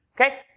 okay